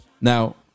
Now